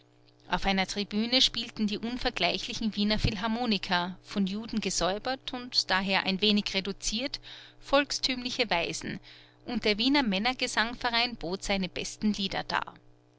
auf einer tribüne spielten die unvergleichlichen wiener philharmoniker von juden gesäubert und daher ein wenig reduziert volkstümliche weisen und der wiener männergesangverein bot seine besten lieder dar